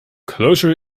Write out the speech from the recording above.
closure